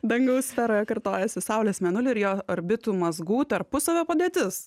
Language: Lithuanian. dangaus sferoje kartojasi saulės mėnulio ir jo orbitų mazgų tarpusavio padėtis